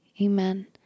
Amen